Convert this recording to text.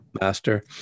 master